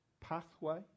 pathway